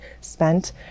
spent